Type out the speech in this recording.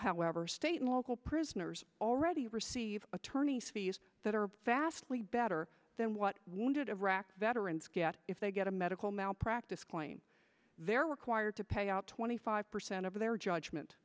however state local prisoners already receive attorneys fees that are vastly better than what wounded iraqi veterans get if they get a medical malpractise claim they're required to pay out twenty five percent of their judgment